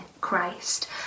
Christ